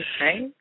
right